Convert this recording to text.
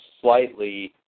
slightly